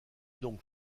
donc